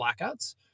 blackouts